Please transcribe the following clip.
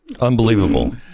unbelievable